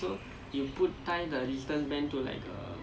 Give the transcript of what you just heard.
is it the one where two people will run